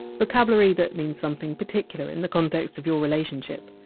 vocabulary that means something particular in the context of your relationship.